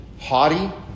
haughty